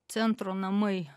centro namai